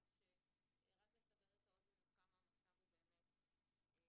כך שרק לסבר את האוזן עד כמה המצב הוא באמת מורכב.